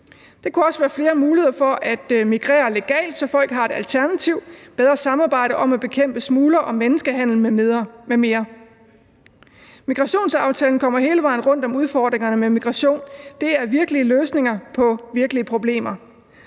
Det kunne også være flere muligheder for at migrere legalt, så folk har et alternativ, bedre samarbejde om at bekæmpe smuglere og menneskehandel m.m. Migrationsaftalen kommer hele vejen rundt om udfordringerne med migration. Det er virkelige løsninger på virkelige problemer.